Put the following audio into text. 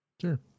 Sure